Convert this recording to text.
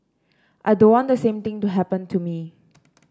I don't want the same thing to happen to me